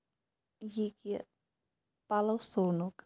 یہِ کہِ پَلو سُونُک